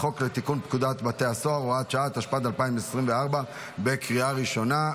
תוצאות ההצבעה: 52 בעד, אין מתנגדים.